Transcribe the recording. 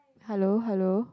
hello hello